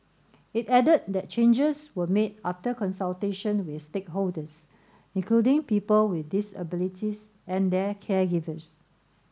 it added that changes were made after consultation with stakeholders including people with disabilities and their caregivers